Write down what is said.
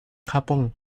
japón